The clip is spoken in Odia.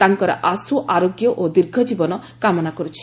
ତାଙ୍କର ଆଶ୍ବ ଆରୋଗ୍ୟ ଓ ଦୀର୍ଘ ଜୀବନ କାମନା କରୁଛି